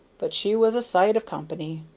but she was a sight of company.